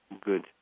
good